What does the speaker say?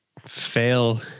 fail